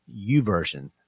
uversion